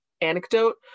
anecdote